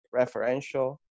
referential